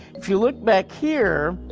if you look back here,